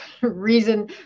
reason